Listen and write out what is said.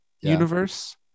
universe